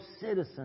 citizens